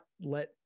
let